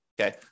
okay